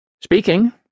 Speaking